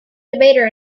debater